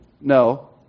No